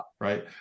right